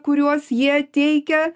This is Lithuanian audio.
kuriuos jie teikia